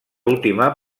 última